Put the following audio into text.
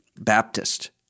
Baptist